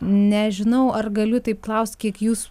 nežinau ar galiu taip klaust kiek jūs